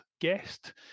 guest